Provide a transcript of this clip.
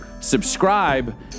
subscribe